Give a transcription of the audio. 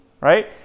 right